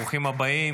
ברוכים הבאים